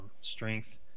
strength